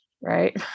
right